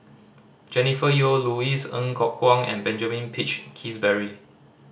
Jennifer Yeo Louis Ng Kok Kwang and Benjamin Peach Keasberry